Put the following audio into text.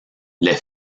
les